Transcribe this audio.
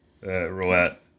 roulette